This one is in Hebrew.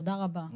תודה רבה.